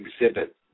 exhibit